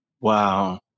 wow